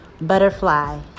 butterfly